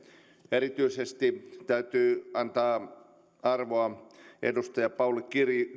erityisesti täytyy antaa arvoa edustaja pauli